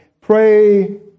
pray